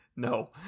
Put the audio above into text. No